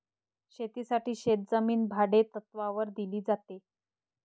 शेतीसाठी शेतजमीन भाडेतत्त्वावर दिली जाते